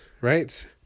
right